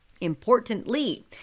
Importantly